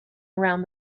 around